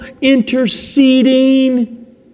interceding